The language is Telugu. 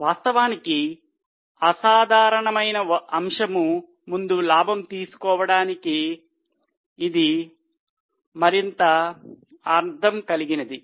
వాస్తవానికి అసాధారణమైన అంశం ముందు లాభం తీసుకోవటానికి ఇది మరింత అర్థం కలిగినది